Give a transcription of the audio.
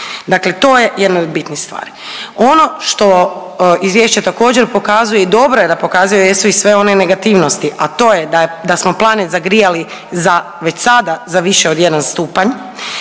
Dakle, to je jedna od bitnih stvari. Ono što izvješće također pokazuje i dobro je da pokazuje jesu i sve one negativnosti, a to je da smo planet zagrijali za već sada za više od 1 stupanj,